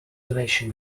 relation